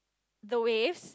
the waves